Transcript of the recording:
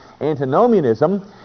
antinomianism